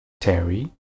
Terry